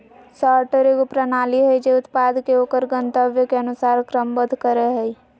sorter एगो प्रणाली हइ जे उत्पाद के ओकर गंतव्य के अनुसार क्रमबद्ध करय हइ